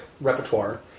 repertoire